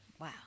Wow